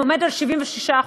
הוא 76%,